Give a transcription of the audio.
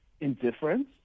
indifference